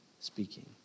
speaking